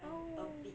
oh